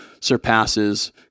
surpasses